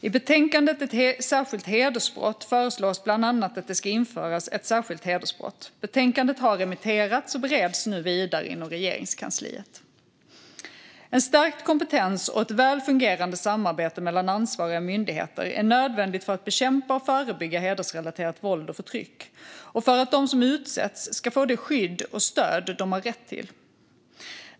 I betänkandet Ett särskilt hedersbrott föreslås bland annat att det ska införas ett särskilt hedersbrott. Betänkandet har remitterats och bereds nu vidare inom Regeringskansliet. En stärkt kompetens och ett väl fungerande samarbete mellan ansvariga myndigheter är nödvändigt för att bekämpa och förebygga hedersrelaterat våld och förtryck och för att de som utsätts ska få det skydd och stöd de har rätt till.